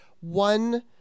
one